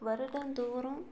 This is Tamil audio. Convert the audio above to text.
வருடந்தோறும்